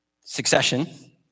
Succession